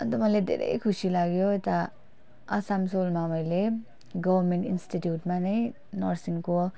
अन्त मलाई धेरै खुसी लाग्यो यता आसानसोलमा मैले गभर्मेन्ट इन्टिट्युटमा नै नर्सिङको